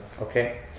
okay